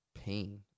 pain